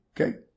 Okay